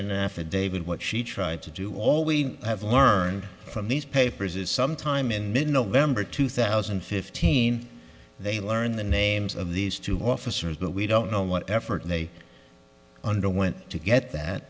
affidavit what she tried to do all we have learned from these papers is sometime in mid november two thousand and fifteen they learn the names of these two officers but we don't know what effort they underwent to get that